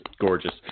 gorgeous